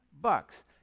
bucks